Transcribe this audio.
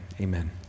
amen